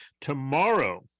tomorrow